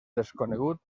desconegut